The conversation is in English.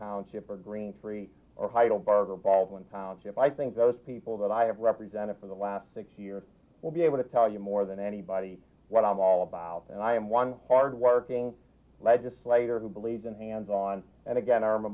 township or green free or heidelberg or baldwin township i think those people that i have represented for the last six years will be able to tell you more than anybody what i'm all about and i am one hardworking legislator who believes in hands on and again